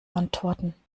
antworten